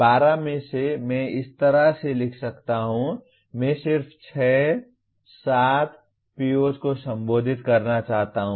12 में से मैं इस तरह से लिख सकता हूं मैं सिर्फ 6 7 POs को संबोधित करना चाहता हूं